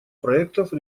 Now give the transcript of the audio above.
проектов